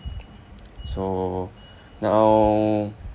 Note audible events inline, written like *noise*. *noise* so now